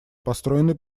построенные